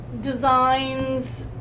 designs